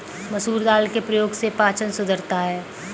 मसूर दाल के प्रयोग से पाचन सुधरता है